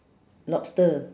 lobster